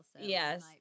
yes